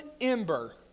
ember